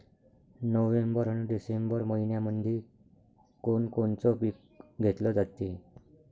November अन December मइन्यामंधी कोण कोनचं पीक घेतलं जाते?